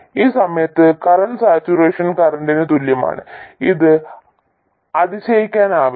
ആ സമയത്ത് current saturation കറന്റിന് തുല്യമാണ് അത് അതിശയിക്കാനില്ല